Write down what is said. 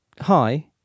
Hi